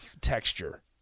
texture